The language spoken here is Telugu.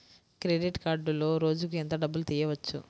క్రెడిట్ కార్డులో రోజుకు ఎంత డబ్బులు తీయవచ్చు?